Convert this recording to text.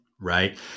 right